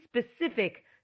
specific